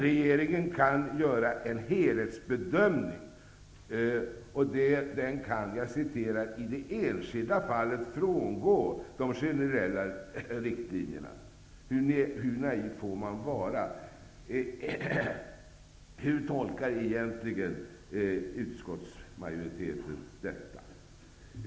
Regeringen kan göra en ''helhetsbedömning'' och ''i det enskilda fallet frångå de generella riktlinjerna''. Hur naiv får man vara? Hur tolkar egentligen utskottsmajoriteten detta?